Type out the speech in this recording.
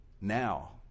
now